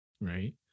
right